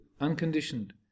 unconditioned